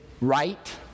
right